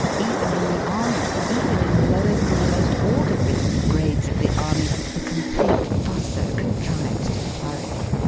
even in the army, even in the lowest and most order-ridden grades of the army, the complete fusser contrives to flourish.